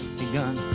begun